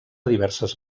diverses